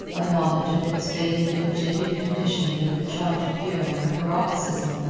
a knowledge of its faded and jaded condition made the charge appear like a paroxysm,